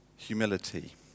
Humility